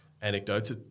anecdotes